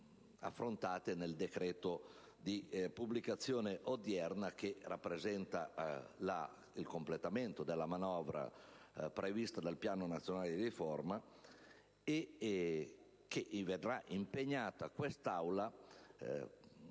auguro) nel decreto di pubblicazione odierna, che rappresenta il completamento della manovra prevista dal Piano nazionale di riforma e che vedrà impegnato questo ramo